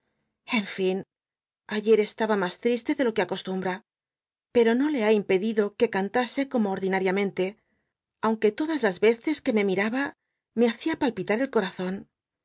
en fin ayer estaba mas triste de lo que acostumbra pero no le ha impedido que cantase como ordinariamente aunque todas las veces que me miraba me hacia palpitar el corazón